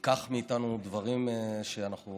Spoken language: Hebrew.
נלקחו מאיתנו דברים שאנחנו